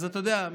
אז אתה יודע,